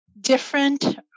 different